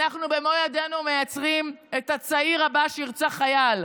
אנחנו במו ידינו מייצרים את הצעיר הבא שירצח חייל.